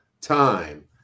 time